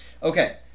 Okay